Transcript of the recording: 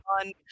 on